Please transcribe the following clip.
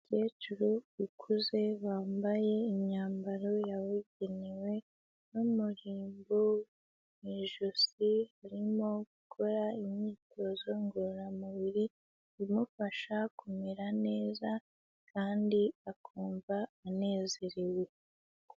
Umukecuru ukuze wambaye imyambaro yabugenewe n'umurimbo mu ijosi,l arimo gukora imyitozo ngororamubiri, imufasha kumera neza kandi akumva anezerewe.